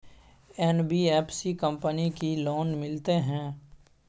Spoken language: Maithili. एन.बी.एफ.सी कंपनी की लोन मिलते है?